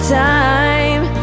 time